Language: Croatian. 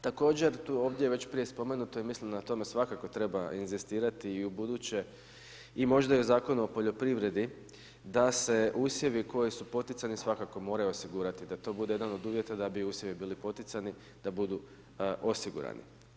Također ovdje je već prije spomenuto i mislim da na tome svakako treba inzistirati i ubuduće i možda i u Zakonu o poljoprivredi da se usjevi koji su poticani svakako moraju osigurati i da to bude jedan od uvjeta da bi usjevi bili poticani, da budu osigurani.